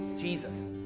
jesus